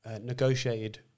negotiated